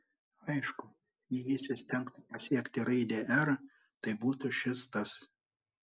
aišku jei jis įstengtų pasiekti raidę r tai būtų šis tas